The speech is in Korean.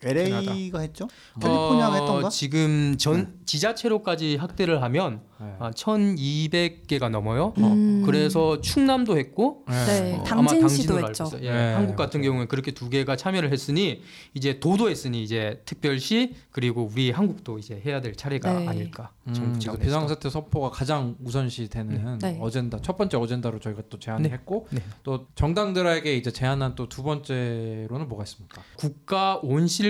L.A.가 했죠? 음. 캘리포니아가 했던가? 어, 지금 전- 네. 지자체로까지 확대를 하면 네. 아, 1200 개가 넘어요. 어. 그래서 충남도 했고, 네. 어, 네, 아마 당진시도 당진으로 알고 했죠. 있어요. 예, 네, 한국 같은 맞아요. 경우에 그렇게 두 개가 참여를 했으니 이제 도도 했으니 이제 특별시 그리고 우리 한국도 이제 해야 될 차례가 네. 아닐까 저는 음, 자, 기대가 됩니다. 비상사태 선포가 가장 우선시 되는 네. 어젠다, 첫 번째 어젠다로 저희가 또 제안을 네. 했고, 네. 또 정당들에게 이제 제안한 또 두 번째로는 뭐가 있습니까? 국가 온실